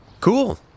Cool